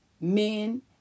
men